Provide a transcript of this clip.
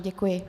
Děkuji.